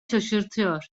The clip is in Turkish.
şaşırtıyor